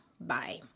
Bye